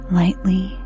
lightly